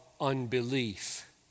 unbelief